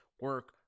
Work